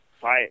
fight